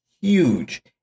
huge